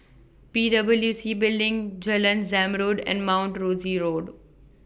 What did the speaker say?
P W C Building Jalan Zamrud and Mount Rosie Road